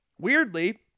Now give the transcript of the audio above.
weirdly